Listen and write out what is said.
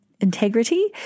integrity